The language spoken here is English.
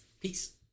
Peace